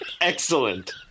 Excellent